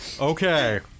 Okay